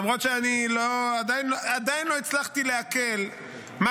למרות שאני עדיין לא הצלחתי לעכל מה